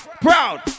proud